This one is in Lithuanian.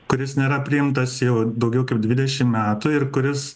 kuris nėra priimtas jau daugiau kaip dvidešim metų ir kuris